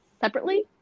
separately